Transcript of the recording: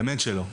באמת שלא,